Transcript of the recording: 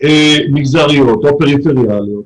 מגזריות או פריפריאליות,